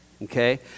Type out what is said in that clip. okay